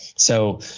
so,